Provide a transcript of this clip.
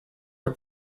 her